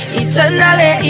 eternally